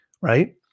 right